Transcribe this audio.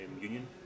Union